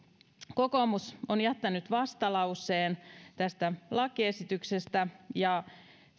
kokoomus on jättänyt vastalauseen tästä lakiesityksestä ja